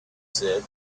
said